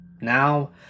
Now